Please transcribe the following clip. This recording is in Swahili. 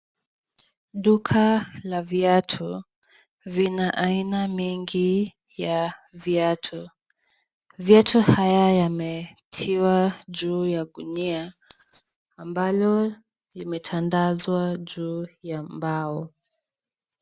Duka la viatu, vina aina mingi ya viatu. Viatu haya yametiwa juu ya gunia ambalo limetandazwa juu ya mbao.